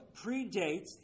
predates